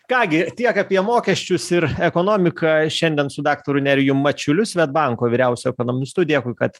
ką gi tiek apie mokesčius ir ekonomiką šiandien su daktaru nerijum mačiuliu swedbanko vyriausiu ekonomistu dėkui kad